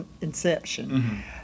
inception